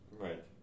Right